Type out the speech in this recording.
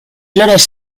flores